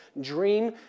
dream